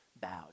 bowed